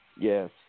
Yes